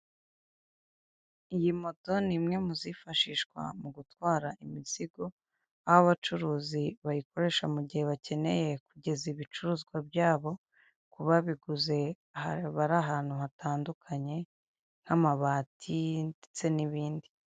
Iyi moto ni imwe mu zifashishwa mu gutwara imizigo, aho abacuruzi bayikoresha mu gihe bakeneye kugeza ibicuruzwa byabo ku babiguze bari ahantu hatandukanye. Nk'amabati ndetse n'ibindi.